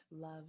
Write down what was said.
love